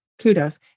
kudos